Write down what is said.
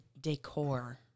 decor